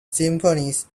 symphonies